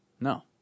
No